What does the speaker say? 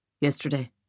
Yesterday